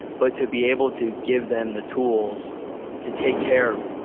but to be able to give them the tools to take care of,